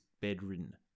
bedridden